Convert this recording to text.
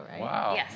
Wow